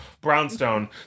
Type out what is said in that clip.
brownstone